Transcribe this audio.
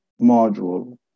module